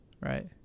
Right